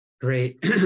Great